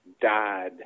died